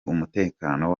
umutekano